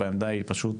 והעמדה היא פשוט